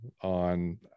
on